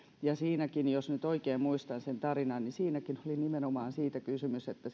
jos nyt muistan oikein sen tarinan niin siinäkin oli nimenomaan siitä kysymys että